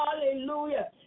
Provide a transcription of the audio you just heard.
Hallelujah